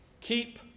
Keep